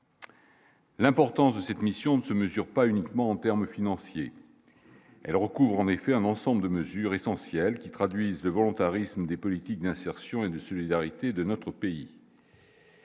L'importance de cette mission ne se mesure pas uniquement en termes financiers, elle recouvre en effet un ensemble de mesures essentielles qui traduisent le volontarisme des politiques d'insertion et de solidarité de notre pays.